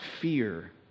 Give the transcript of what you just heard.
fear